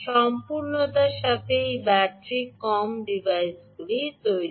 সম্পূর্ণতার সাথে একটি ব্যাটারি কম ডিভাইস তৈরি করা